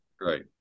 Right